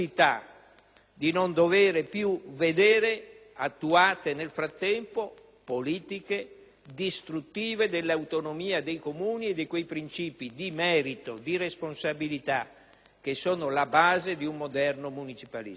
di non dover più vedere attuate, nel frattempo, politiche distruttive dell'autonomia dei Comuni e di quei principi di merito, di responsabilità che sono la base di un moderno municipalismo.